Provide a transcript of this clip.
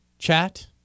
Chat